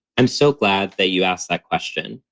i'm so glad that you asked that question,